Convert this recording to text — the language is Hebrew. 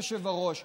היושב-ראש,